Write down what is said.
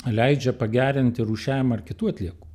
leidžia pagerinti rūšiavimo ir kitų atliekų